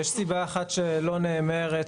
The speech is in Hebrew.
יש סיבה אחת שלא נאמרת,